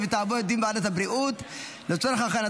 הבריאות נתקבלה.